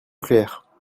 clair